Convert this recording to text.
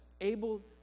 able